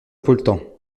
polten